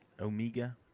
Omega